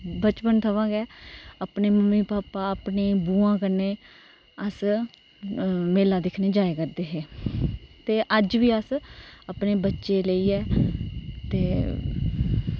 बचपना थमां गै अपने मम्मी भापा अपनी बुआं कन्नै अस मेला दिक्खने जाया करदे हे ते अज्ज बी अस अपने बच्चे लेइयै ते